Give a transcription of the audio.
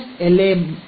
−LA 2 ರಿಂದ LA 2